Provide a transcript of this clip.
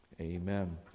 Amen